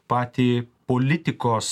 patį politikos